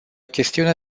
chestiune